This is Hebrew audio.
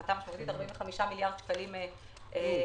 להפחתה משמעותית, 45 מיליארד שקלים נפדו.